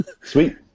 sweet